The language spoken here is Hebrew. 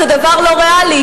זה דבר לא ריאלי,